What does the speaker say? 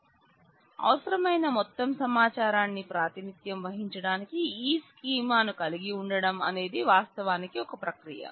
అందువల్ల అవసరమైన మొత్తం సమాచారాన్ని ప్రాతినిధ్యం వహించడానికి ఈ స్కీమా ను కలిగి ఉండటం అనేది వాస్తవానికి ఒక ప్రక్రియ